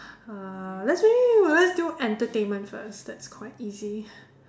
uh let's !yay! let's do entertainment first that's quite easy